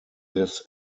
this